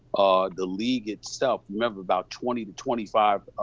the league itself, remember about twenty to twenty five,